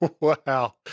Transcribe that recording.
Wow